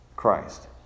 Christ